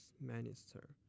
minister